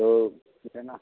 तो कितना